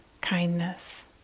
kindness